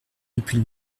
depuis